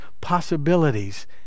possibilities